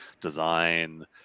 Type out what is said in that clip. design